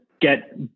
get